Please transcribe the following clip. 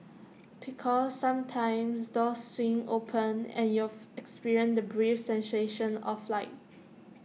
because sometimes doors swing open and you'll experience the brief sensation of flight